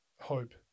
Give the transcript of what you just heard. hope